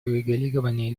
урегулирования